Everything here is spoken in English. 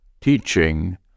teaching